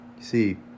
see